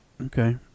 Okay